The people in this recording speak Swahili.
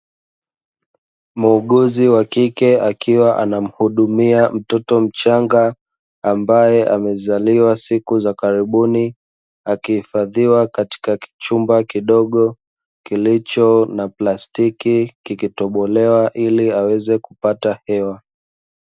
Muuguzi wa kike akiwa anamhudumia mtoto mchanga, ambaye amezaliwa siku za karibuni akihifadhiwa katika chumba kidogo kilicho na plastiki kikitobolewa ili aweze kupata hewa.